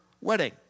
wedding